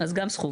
אז גם סכום.